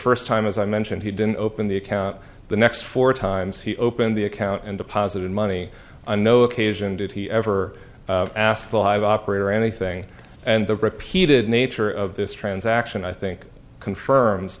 first time as i mentioned he didn't open the account the next four times he opened the account and deposited money on no occasion did he ever ask a live operator anything and the repeated nature of this transaction i think confirms